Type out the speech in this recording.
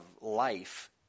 life